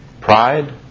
Pride